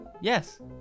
Yes